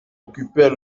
occupait